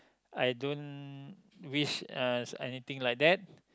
I don't wish uh anything like that